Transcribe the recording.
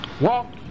walk